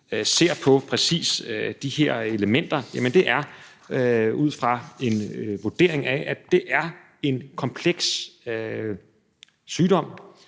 ser på præcis de her elementer, er en vurdering af, at det er en kompleks sygdom,